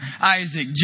Isaac